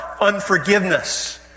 Unforgiveness